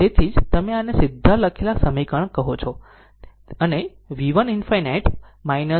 તેથી તેથી જ તમે આને સીધા લખેલા સમીકરણ કહે છે અને V 1 ∞ 62